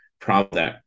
problem